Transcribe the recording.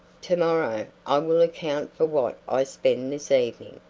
to-morrow i will account for what i spend this evening.